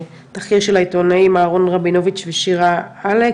תחקיר של העיתונאים אהרון רבינוביץ ושירה אלק,